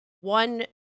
one